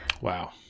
Wow